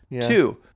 Two